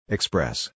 Express